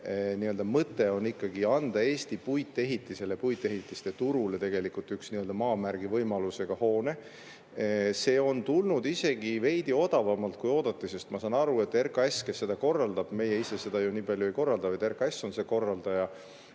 vaid mõte on ikkagi anda Eesti puitehitiste turule tegelikult üks nii-öelda maamärgi võimalusega hoone. See on tulnud isegi veidi odavamalt, kui oodati, sest ma saan aru, et RKAS, kes korraldab – meie ise seda ju nii palju ei korralda, vaid RKAS on korraldaja